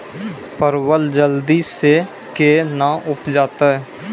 परवल जल्दी से के ना उपजाते?